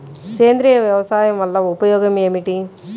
సేంద్రీయ వ్యవసాయం వల్ల ఉపయోగం ఏమిటి?